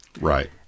Right